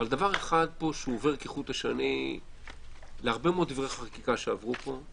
אבל דבר אחד פה שעובר כחוט השני להרבה מאוד דברי חקיקה שעברו פה: